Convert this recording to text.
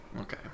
Okay